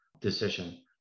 decision